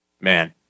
man